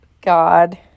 God